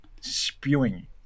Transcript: spewing